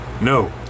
No